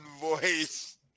voice